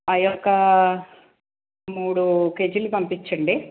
అవి ఒక మూడు కేజీలు పంపించండి